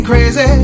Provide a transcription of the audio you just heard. crazy